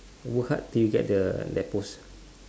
what do you get the that post